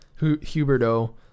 Huberto